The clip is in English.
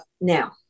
now